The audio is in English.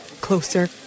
closer